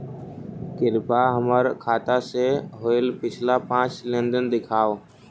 कृपा हमर खाता से होईल पिछला पाँच लेनदेन दिखाव